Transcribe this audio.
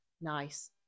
Nice